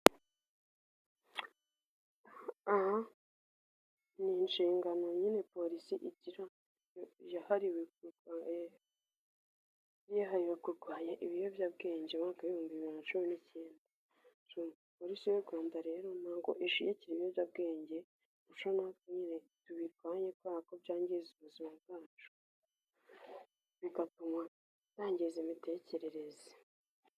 Aha ni inshingano nyine Polisi igira yahariwe, yahariwe kurwanya ibiyobyabwengega mu mwaka w'ibihumbi bibiri na cumi n'icyenda, Polisi y'u Rwanda rero ntabwo ishyigikiye ibiyobyabwenge irushaho kubirwanya kuko byangiza ubuzima bwacu bigatuma yangiza imitekerereze.